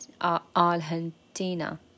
Argentina